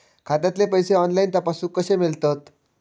खात्यातले पैसे ऑनलाइन तपासुक कशे मेलतत?